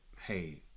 hey